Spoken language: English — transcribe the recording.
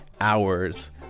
hours